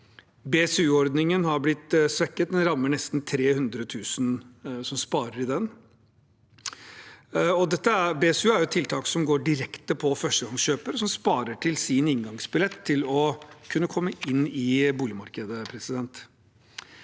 BSU-ordningen har blitt svekket. Det rammer nesten 300 000 som sparer i den. BSU er et tiltak som går direkte på førstegangskjøpere som sparer til sin inngangsbillett for å kunne komme inn på boligmarkedet. Videre